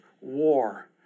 war